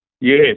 Yes